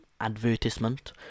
advertisement